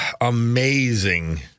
amazing